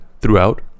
throughout